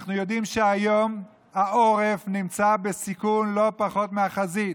אנחנו יודעים שהיום העורף נמצא בסיכון לא פחות מהחזית,